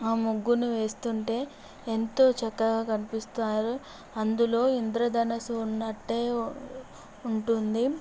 ఆ ముగ్గుని వేస్తుంటే ఎంతో చక్కగా కనిపిస్తారు అందులో ఇంద్రధనస్సు ఉన్నట్టే ఉంటుంది